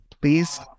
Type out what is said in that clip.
Please